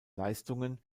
leistungen